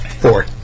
Four